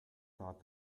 thought